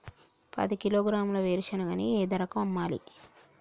పది కిలోగ్రాముల వేరుశనగని ఏ ధరకు అమ్మాలి?